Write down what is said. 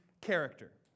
character